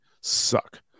suck